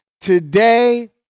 Today